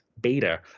Beta